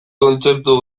kontzeptu